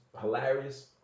hilarious